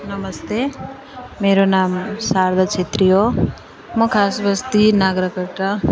नमस्ते मेरो नाम शारदा छेत्री हो म खासबस्ती नगरकट्टा